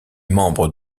membre